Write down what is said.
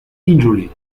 injury